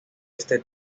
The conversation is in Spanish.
este